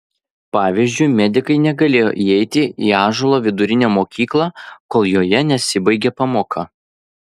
pavyzdžiui medikai negalėjo įeiti į ąžuolo vidurinę mokyklą kol joje nesibaigė pamoka